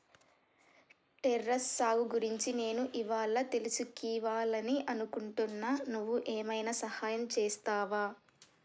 terrace సాగు గురించి నేను ఇవ్వాళా తెలుసుకివాలని అనుకుంటున్నా నువ్వు ఏమైనా సహాయం చేస్తావా